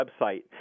website